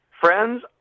Friends